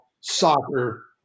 soccer